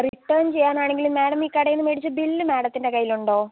return ചെയ്യാനാണെങ്കിൽ madam ഈ കടയിൽ നിന്ന് മേടിച്ച ബില്ല് മാഡത്തിൻ്റെ കയ്യിലുണ്ടോ